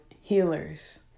healers